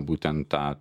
būtent tą